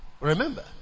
Remember